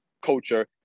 culture